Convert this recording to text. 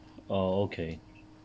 uh okay